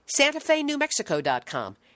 santafenewmexico.com